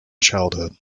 childhood